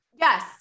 Yes